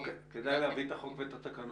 כדאי להביא את החוק והתקנות.